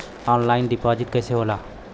Online deposit कैसे होला?